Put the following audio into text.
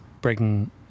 Breaking